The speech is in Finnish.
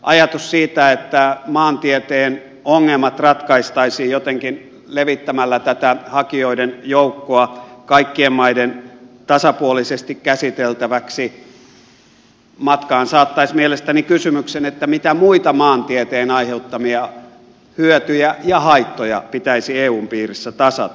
ajatus siitä että maantieteen ongelmat ratkaistaisiin jotenkin levittämällä tätä hakijoiden joukkoa kaikkien maiden tasapuolisesti käsiteltäväksi matkaansaattaisi mielestäni kysymyksen mitä muita maantieteen aiheuttamia hyötyjä ja haittoja pitäisi eun piirissä tasata